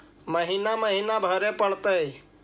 महिना महिना भरे परतैय?